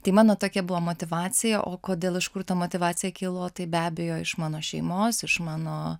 tai mano tokia buvo motyvacija o kodėl iš kur ta motyvacija kilo tai be abejo iš mano šeimos iš mano